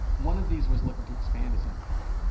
one of these was looking to expand his empire.